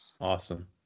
Awesome